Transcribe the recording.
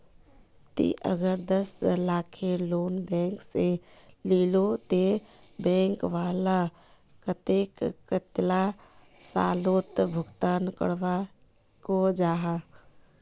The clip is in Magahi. ती अगर दस लाखेर लोन बैंक से लिलो ते बैंक वाला कतेक कतेला सालोत भुगतान करवा को जाहा?